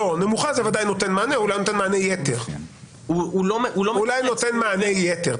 לא, נמוכה זה ודאי נותן מענה, אולי נותן מענה יתר.